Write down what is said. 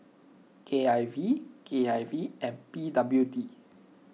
K I V K I V and P W D